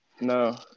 No